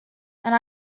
and